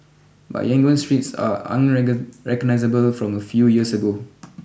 but Yangon's streets are recognisable from a few years ago